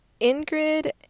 Ingrid